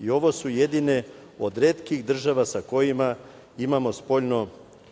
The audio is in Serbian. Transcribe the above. i ovo su jedne od retkih država sa kojima imamo